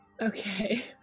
Okay